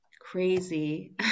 crazy